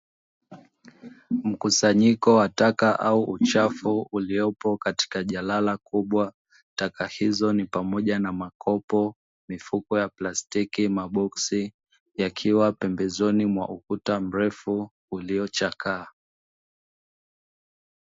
Mkusanyiko wa taka au uchafu uliopo katika jalala kubwa, aka hizo ni pamoja na makopo, mifuko ya plastiki, maboski, yakiwa pembezoni mwa ukuta mrefu uliochakaa.